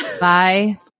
Bye